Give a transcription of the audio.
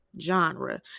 genre